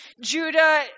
Judah